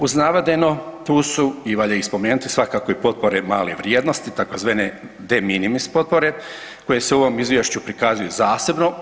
Uz navedeno tu su i valja ih spomenuti svakako i potpore male vrijednosti, tzv. de minimis potpore koje se u ovom Izvješću prikazuju zasebno.